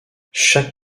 chaque